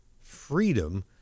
freedom